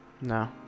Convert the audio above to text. No